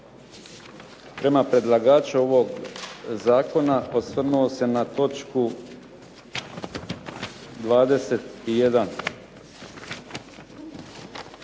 prema predlagaču ovog zakona osvrnuo se na točku 21.